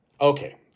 Okay